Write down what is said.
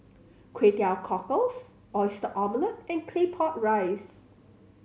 Kway Teow Cockles Oyster Omelette and Claypot Rice